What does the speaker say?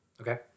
Okay